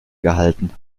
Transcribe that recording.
gehalten